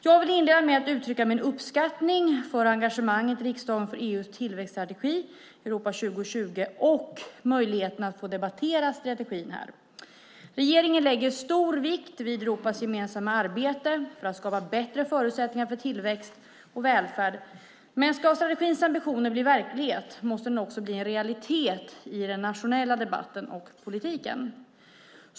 Jag vill inleda med att uttrycka min uppskattning för engagemanget i riksdagen för EU:s tillväxtstrategi Europa 2020 och möjligheterna att få debattera strategin här. Regeringen lägger stor vikt vid Europas gemensamma arbete för att skapa bättre förutsättningar för tillväxt och välfärd, men ska strategins ambitioner bli verklighet måste den också bli en realitet i den nationella debatten och politiken.